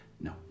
No